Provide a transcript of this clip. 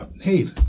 hey